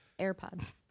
AirPods